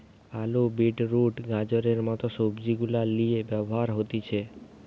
আলু, beetroot, গাজরের মত সবজি গুলার লিয়ে ব্যবহার হতিছে